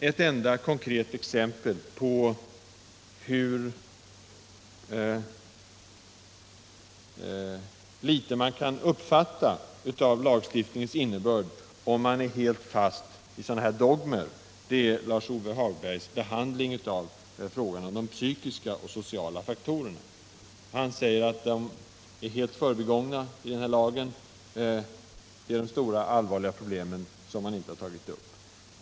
Ett konkret exempel på hur litet man kan uppfatta av lagstiftningens innebörd, om man är helt fast i sådana här dogmer, är Lars-Ove Hagbergs behandling av frågan om de psykiska och sociala faktorerna. Han säger att den frågan är helt förbigången i lagen och nämner den som exempel på stora och allvarliga problem som man inte har tagit upp.